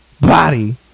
body